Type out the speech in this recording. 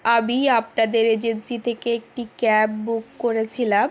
আমি আপনাদের এজেন্সি থেকে একটি ক্যাব বুক করেছিলাম